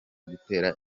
gutera